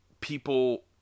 people